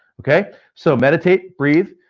okay, so meditate, breathe,